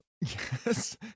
Yes